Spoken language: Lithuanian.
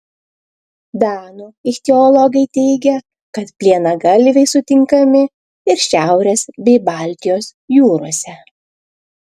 danų ichtiologai teigia kad plienagalviai sutinkami ir šiaurės bei baltijos jūrose